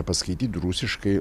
paskaityt rusiškai